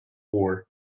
war